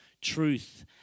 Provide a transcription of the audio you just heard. truth